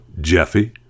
Jeffy